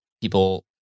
people